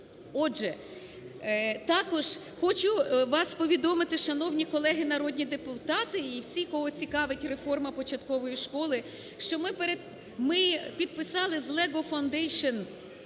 Отже, також хочу вас повідомити, шановні колеги народні депутати і всі, кого цікавить реформа початкової школи, що ми підписали з LEGO Foundation